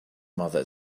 mother